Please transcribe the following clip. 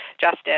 justice